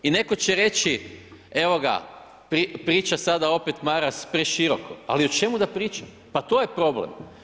I neko će reći evo ga priča sada opet Maras preširoko, ali o čemu da pričam, pa to je problem.